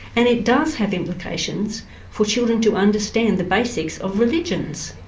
and it does have implications for children to understand the basics of religions.